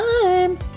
time